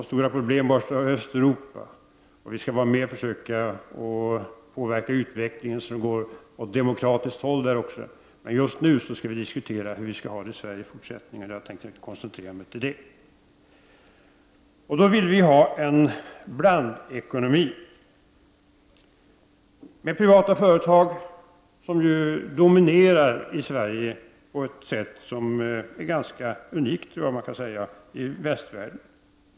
Problemen är stora i Östeuropa, och vi skall vara med och försöka påverka utvecklingen som går åt demokratiskt håll, men just nu skall vi diskutera hur vi skall ha det i Sverige i fortsättningen, och jag tänker koncentrera mig till det. Vi vill ha en blandekonomi med privata företag, som ju dominerar i Sverige på ett sätt som är unikt, tror jag man kan säga, i västvärlden.